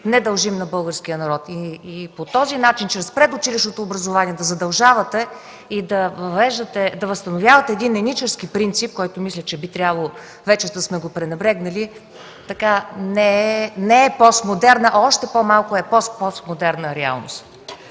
не дължим на българския народ. И по този начин, чрез предучилищното образование, да задължавате и да възстановявате един еничарски принцип, който, мисля, че би трябвало вече да сме го пренебрегнали, не е постмодерно, а още по-малко е пост, постмодерна реалност.